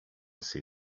see